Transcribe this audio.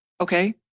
Okay